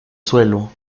suelo